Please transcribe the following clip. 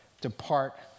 depart